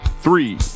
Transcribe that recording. three